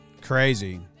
crazy